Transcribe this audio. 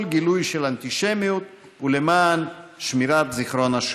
גילוי של אנטישמיות ולמען שמירת זיכרון השואה.